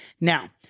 Now